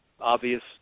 Obvious